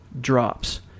drops